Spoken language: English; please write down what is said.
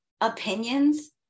opinions